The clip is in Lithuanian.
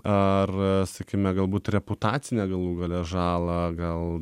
ar sakykime galbūt reputacinę galų gale žalą gal